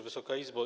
Wysoka Izbo!